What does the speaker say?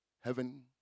heaven